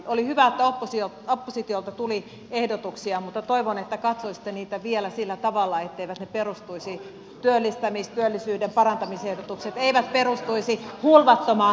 oli hyvä että oppositiolta tuli ehdotuksia mutta toivon että katsoisitte niitä vielä sillä tavalla että työllisyyden parantamisehdotukset eivät perustuisi hulvattomaan velkaantumiseen